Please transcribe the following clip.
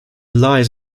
lies